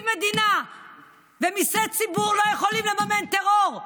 מדינה ומיסי ציבור לא יכולים לממן טרור?